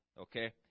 okay